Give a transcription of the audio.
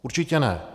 Určitě ne.